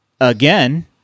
again